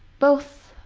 both,